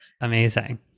Amazing